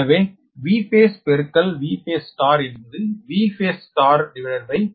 எனவே Vphase பெருக்கல் Vphase என்பது Vphase2ZL